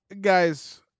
guys